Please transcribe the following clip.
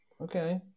Okay